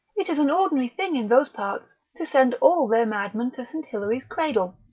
it is an ordinary thing in those parts, to send all their madmen to st. hilary's cradle.